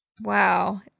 Wow